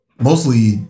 mostly